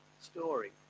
story